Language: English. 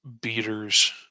beaters